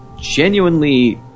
genuinely